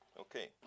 Okay